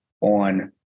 on